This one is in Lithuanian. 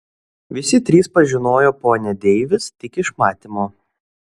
visi trys pažinojo ponią deivis tik iš matymo